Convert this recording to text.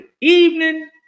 evening